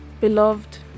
Beloved